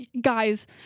Guys